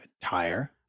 tire